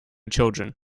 children